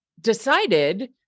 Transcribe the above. decided